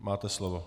Máte slovo.